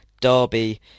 Derby